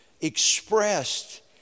expressed